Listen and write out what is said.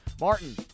Martin